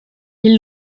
ils